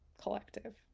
collective